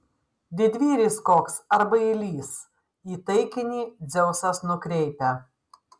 didvyris koks ar bailys į taikinį dzeusas nukreipia